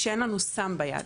כשאין לנו סם ביד,